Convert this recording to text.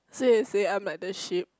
so you are saying I'm like the ship